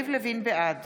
בעד